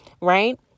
right